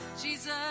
Jesus